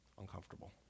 Uncomfortable